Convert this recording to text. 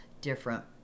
different